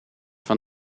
van